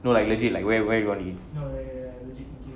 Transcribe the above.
no like legit like where where you want to eat